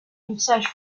mixage